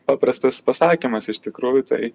paprastas pasakymas iš tikrųjų tai